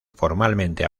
formalmente